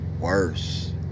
worse